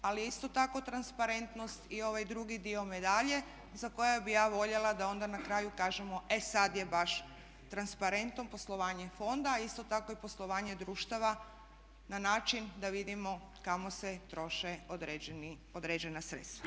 Ali je isto tako transparentnost i ovaj drugi dio medalje za koji bi ja voljela da onda na kraju kažemo e sad je baš transparentno poslovanje fonda, a isto tako i poslovanje društava na način da vidimo kamo se troše određena sredstva.